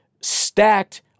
stacked